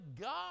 God